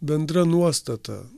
bendra nuostata